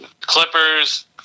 Clippers